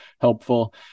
helpful